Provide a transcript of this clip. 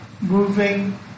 moving